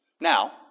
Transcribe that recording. Now